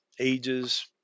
ages